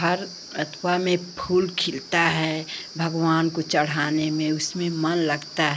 हर में फूल खिलता है भगवान को चढ़ाने में उसमें मन लगता है